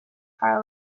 are